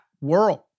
world